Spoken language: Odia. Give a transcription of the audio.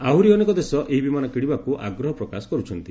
ଆହୁରି ଅନେକ ଦେଶ ଏହି ବିମାନ କିଣିବାକୁ ଆଗ୍ରହ ପ୍ରକାଶ କରୁଛନ୍ତି